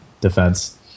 defense